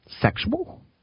sexual